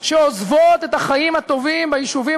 שעוזבות את החיים הטובים ביישובים